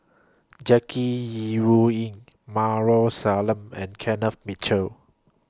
Jackie Yi Ru Ying Maarof Salleh and Kenneth Mitchell